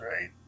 right